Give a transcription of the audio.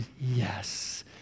yes